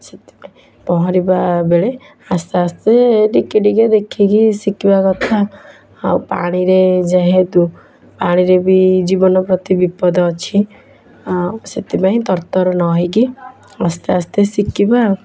ସେଥିପାଇଁ ପହଁରିବା ବେଳେ ଆସ୍ତେ ଆସ୍ତେ ଟିକିଏ ଟିକିଏ ଦେଖିକି ଶିଖିବା କଥା ଆଉ ପାଣିରେ ଯେହେତୁ ପାଣିରେ ବି ଜୀବନ ପ୍ରତି ବିପଦ ଅଛି ଆଉ ସେଥିପାଇଁ ତରତର ନ ହୋଇକି ଆସ୍ତେ ଆସ୍ତେ ଶିଖିବା ଆଉ